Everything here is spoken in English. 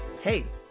hey